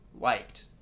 liked